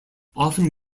often